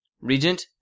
Regent